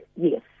Yes